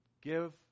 Give